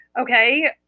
okay